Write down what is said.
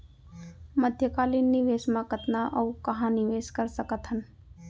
मध्यकालीन निवेश म कतना अऊ कहाँ निवेश कर सकत हन?